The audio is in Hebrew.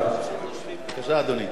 אכן,